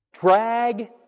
drag